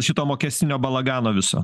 šito mokestinio balagano viso